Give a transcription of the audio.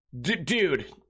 Dude